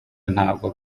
ntabwo